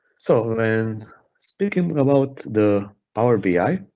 so when and speaking about the power bi,